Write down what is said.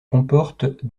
comporte